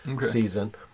season